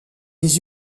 des